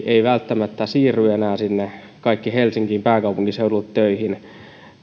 eivät välttämättä siirry enää sinne helsinkiin pääkaupunkiseudulle töihin